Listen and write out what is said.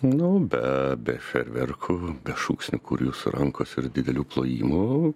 nu be be fejerverkų be šūksnių kur jūsų rankos ir didelių plojimų